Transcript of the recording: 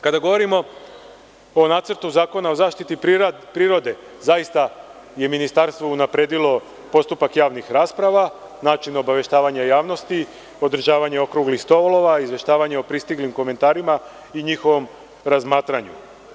Kada govorimo o Nacrtu zakona o zaštiti prirode, zaista je Ministarstvo unapredilo postupak javnih rasprava, način obaveštavanja javnosti, održavanje okruglih stolova, izveštavanje o pristiglim komentarima i njihovom razmatranju.